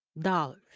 dollars